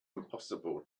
impossible